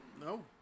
No